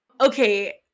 Okay